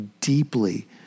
deeply